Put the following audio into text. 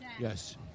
Yes